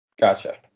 Gotcha